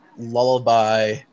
lullaby